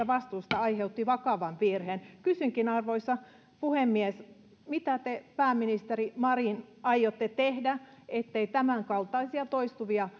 vastuista aiheutti vakavan virheen kysynkin arvoisa puhemies mitä te pääministeri marin aiotte tehdä ettei tämänkaltaisia toistuvia